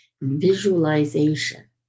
visualization